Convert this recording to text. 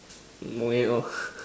moving on